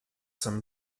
some